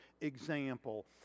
example